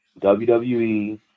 WWE